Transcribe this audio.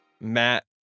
Matt